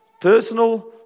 personal